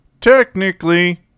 technically